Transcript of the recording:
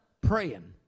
praying